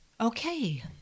Okay